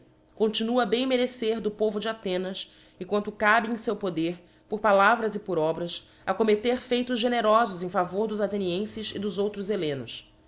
continua a bem merecer do povo de athenas e quanto cabe em feu poder por palavras e por obras a commetter feitos generofos em favor dos athcnienfes e dos outros hellenos